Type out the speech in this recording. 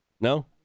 No